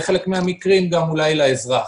ובחלק מן המקרים גם אולי לאזרח.